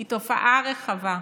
היא תופעה רחבה.